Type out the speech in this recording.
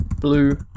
blue